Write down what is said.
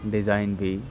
design بھی